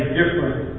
different